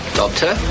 Doctor